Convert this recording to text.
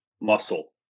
muscle